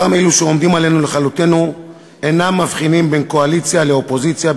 אותם אלה שעומדים עלינו לכלותנו אינם מבחינים בין קואליציה לאופוזיציה,